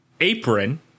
apron